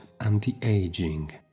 anti-aging